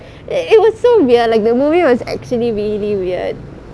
it was so weird like the movie was actually really weird